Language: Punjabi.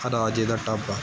ਰਾਜੇ ਦਾ ਢਾਬਾ